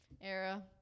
era